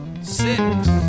six